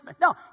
No